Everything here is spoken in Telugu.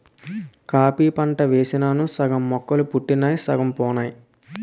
కాఫీ పంట యేసినాను సగం మొక్కలు పుట్టినయ్ సగం పోనాయి